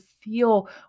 feel